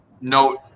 note